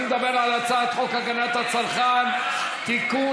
אני מדבר על הצעת חוק הגנת הצרכן (תיקון,